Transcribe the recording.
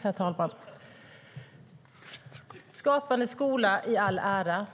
Herr talman! Skapande skola i all ära,